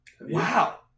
Wow